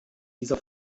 dieser